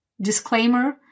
Disclaimer